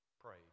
prayed